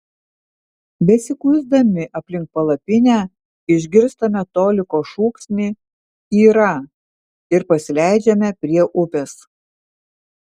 besikuisdami aplink palapinę išgirstame toliko šūksnį yra ir pasileidžiame prie upės